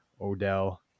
odell